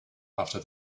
after